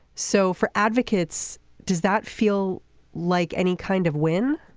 so for advocates does that feel like any kind of win